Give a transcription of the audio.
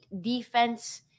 defense